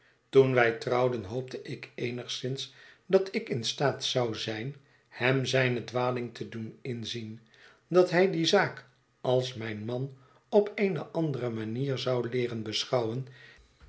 toen wij trouwden hoopte ik eenigszins dat ik in staat zou zijn hem zijne dwaling te doen inzien dat hij die zaak als mijn man op eene andere manier zou leeren beschouwen